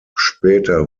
später